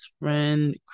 friend